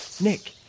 Nick